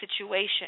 situation